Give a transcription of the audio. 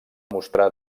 mostrar